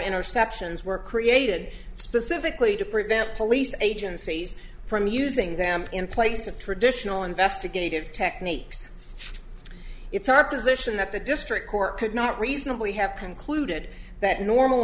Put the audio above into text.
interceptions were created specifically to prevent police agencies from using them in place of traditional investigative techniques it's our position that the district court could not reasonably have concluded that normal